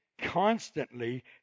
constantly